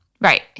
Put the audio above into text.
Right